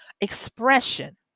expression